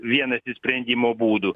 vienas iš sprendimo būdų